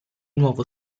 nuovo